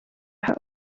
aha